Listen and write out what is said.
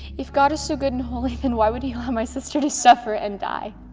if god is so good and holy then why would he allow my sister to suffer and die?